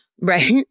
Right